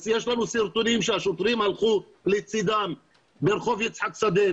יש לנו סרטונים שהשוטרים הלכו לצדם ברחוב יצחק שדה,